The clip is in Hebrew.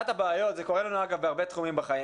וזה קורה לנו בהרבה תחומים בחיים,